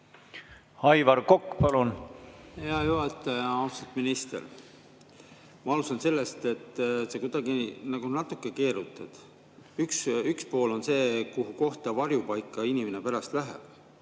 Aivar Kokk, palun! Hea juhataja! Austatud minister! Ma alustan sellest, et sa kuidagi nagu natuke keerutad. Üks pool on see, kuhu varjupaika inimene pärast läheb.